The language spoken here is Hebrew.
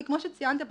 כי כמו שציינת בהתחלה,